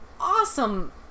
awesome